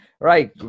Right